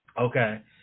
Okay